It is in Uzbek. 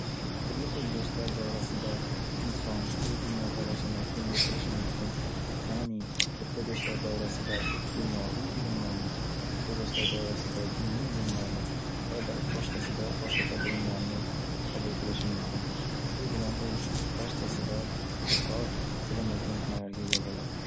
Turli xil do'stlar davrasida inson o'z dunyo qarashini kengaytirishi mumkin. Ya'ni bitta do'stlar davrasida dunyoviy ilmlarni, bitta do'stlar davrasida diniy ilmlarni va ba- boshqasida boshqacha bilimlarni qabul qilishi mumkin. Shu bilan u barchasida ko'proq bilim va ko'nikmalarga ega bo'ladi.